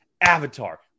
avatar